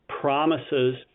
promises